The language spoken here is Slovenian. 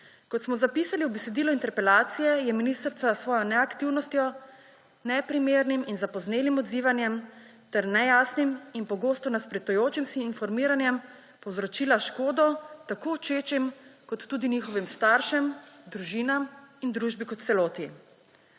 Kot smo zapisali v besedilu interpelacije, je ministrica s svojo neaktivnostjo, neprimernim in zapoznelim odzivanjem ter nejasnim in pogosto nasprotujočim si informiranjem povzročila škodo tako učečim se kot tudi njihovim staršem, družinam in družbi kot celoti.